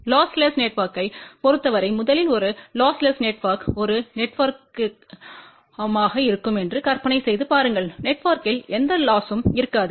lossless நெட்வொர்க்கைப் பொறுத்தவரை முதலில் ஒரு லொஸ்லெஸ் நெட்வொர்க் ஒரு நெட்ஒர்க்யமாக இருக்கும் என்று கற்பனை செய்து பாருங்கள் நெட்வொர்க்கில் எந்த லொஸ்ம் இருக்காது